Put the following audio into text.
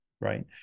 Right